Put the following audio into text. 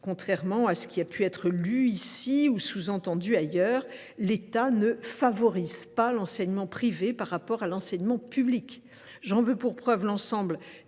contrairement à ce qui peut être lu ici ou sous entendu là, l’État ne favorise pas l’enseignement privé par rapport à l’enseignement public. J’en veux pour preuve l’ensemble